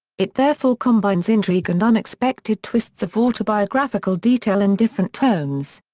it therefore combines intrigue and unexpected twists of autobiographical detail in different tones.